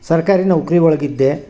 ಸರ್ಕಾರಿ ನೌಕರಿ ಒಳಗಿದ್ದೆ